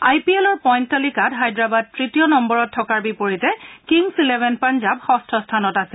আই P এলৰ point তালিকাত হায়দৰাবাদ তৃতীয় নম্বৰত থকাৰ বিপৰীতে কিংছ ইলেভেন পঞ্জাব ষষ্ঠ স্থানত আছে